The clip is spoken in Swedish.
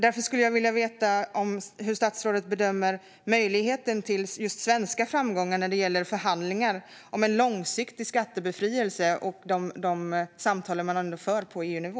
Därför skulle jag vilja veta hur statsrådet bedömer möjligheten till svenska framgångar när det gäller förhandlingarna om en långsiktig skattebefrielse. Jag undrar också om de samtal som man för på EU-nivå.